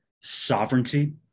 sovereignty